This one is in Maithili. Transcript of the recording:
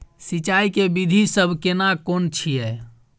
सिंचाई के विधी सब केना कोन छिये?